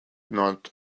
not